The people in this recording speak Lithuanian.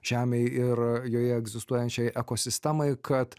žemei ir joje egzistuojančiai ekosistemai kad